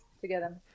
Together